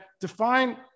define